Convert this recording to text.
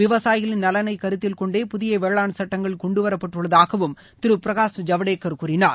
விவசாயிகள் நலனை கருத்தில்கொன்டே புதிய வேளான் சட்டங்கள் கொண்டுவரப்பட்டுள்ளதாகவும் திரு பிரகாஷ் ஜவடேகர் கூறினார்